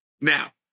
Now